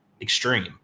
extreme